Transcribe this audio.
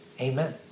Amen